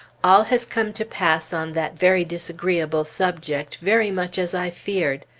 all has come to pass on that very disagreeable subject very much as i feared.